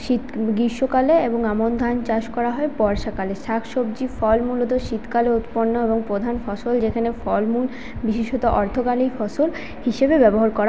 শীত গ্রীষ্মকালে এবং আমন ধান চাষ করা হয় বর্ষাকালে শাক সবজি ফল মূলত শীতকালে উৎপন্ন এবং প্রধান ফসল যেখানে ফলমূল বিশেষত অর্থকারী ফসল হিসেবে ব্যবহার করা